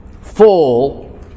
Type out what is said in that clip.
full